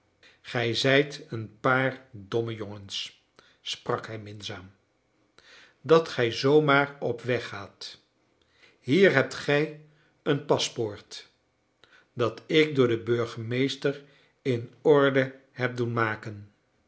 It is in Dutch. gij zijt een paar domme jongens sprak hij minzaam dat gij zoo maar op weg gaat hier hebt gij een paspoort dat ik door den burgemeester in orde heb doen maken